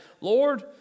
Lord